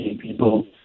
people